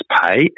pay